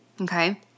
Okay